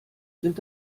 sind